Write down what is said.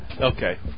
Okay